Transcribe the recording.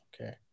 Okay